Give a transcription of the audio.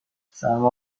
سرما